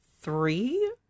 three